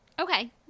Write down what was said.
okay